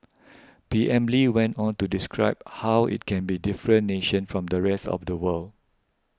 P M Lee went on to describe how it can be a different nation from the rest of the world